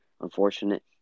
Unfortunate